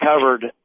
covered